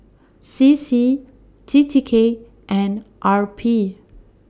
C C T T K and R P